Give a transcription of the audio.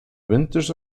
winters